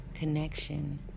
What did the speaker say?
Connection